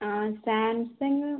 ആ സാംസംഗ്